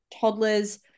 toddlers